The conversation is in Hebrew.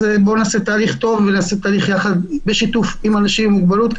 אז בואו נעשה תהליך טוב ובשיתוף עם אנשים עם מוגבלות,